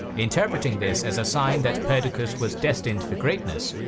interpreting this as a sign that perdiccas was destined for greatness,